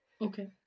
Okay